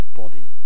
body